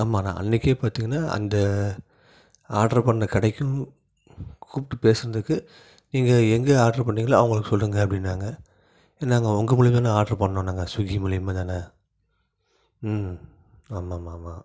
ஆமாண்ணா அன்னைக்கே பார்த்திங்கன்னா அந்த ஆர்டர் பண்ண கடைக்கும் கூப்பிட்டு பேசினதுக்கு நீங்கள் எங்கே ஆர்டர் பண்ணிங்களோ அவங்களுக்கு சொல்லுங்கள் அப்படின்னாங்க நாங்கள் உங்கள் மூலிமா தானே ஆர்டர் பண்ணோம் நாங்கள் ஸ்விகி மூலிமா தானே ம் ஆமாம் ஆமாம் ஆமாம்